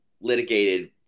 litigated